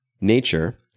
nature